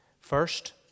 First